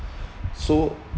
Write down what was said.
so